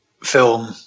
film